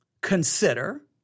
Consider